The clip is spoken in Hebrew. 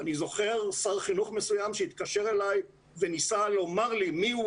אני זוכר שר חינוך מסוים שהתקשר אליי וניסה לומר לי מי הוא